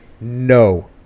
no